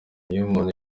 nyinawumuntu